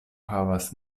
havas